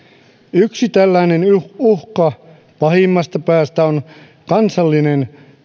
yksi tällainen uhka pahimmasta päästä on kansallinen